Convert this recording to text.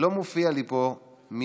לא מופיע לי פה מיהם